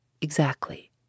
Exactly